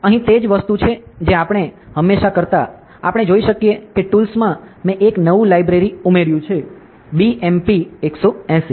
તેથી અહીં તે જ વસ્તુ છે જે આપણે હંમેશાં કરતા આપણે જોઈ શકીએ કે ટૂલ્સ માં મેં એક નવું લાઇબ્રેરિ ઉમેર્યું છે BMP 180